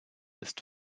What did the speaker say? ist